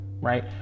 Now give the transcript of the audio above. right